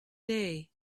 day